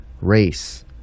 race